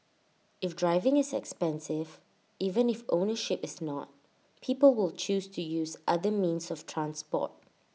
if driving is expensive even if ownership is not people will choose to use other means of transport